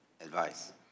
advice